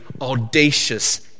audacious